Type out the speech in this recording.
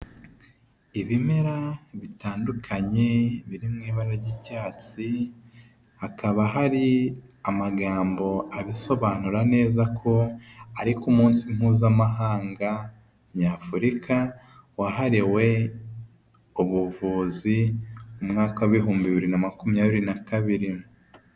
Ibimera bitandukanye biri mu ibara ry'icyatsi, hakaba hari amagambo abisobanura neza ko ari k'umunsi mpuzamahanga nyafurika wahariwe ubuvuzi, umwaka w'ibihumbi bibiri na makumyabiri na kabiri.